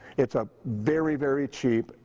it's ah very, very cheap,